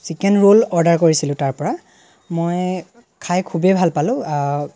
chicken roll order কৰিছিলোঁ তাৰপৰা মই খাই খুবেই ভাল পালোঁ আৰু